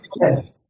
yes